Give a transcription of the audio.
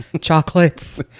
chocolates